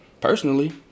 Personally